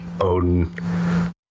Odin